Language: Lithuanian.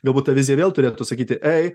galbūt ta vizija vėl turėtų sakyti ėj